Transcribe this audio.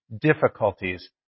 difficulties